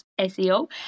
SEO